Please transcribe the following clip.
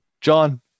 John